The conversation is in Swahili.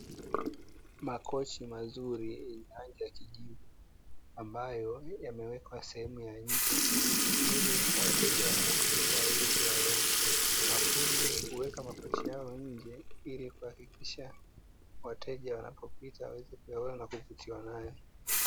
Makochi mazuri yenye rangi ya kijivu, ambayo yamewekwa sehemu ya nje, ili wateja wanapopita waweze kuyaona. Mafundi huweka makochi hayo nje ili kuhakikisha, wateja wanapopita waweze kuyaona na kuvutiwa nayo.